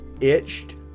itched